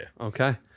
okay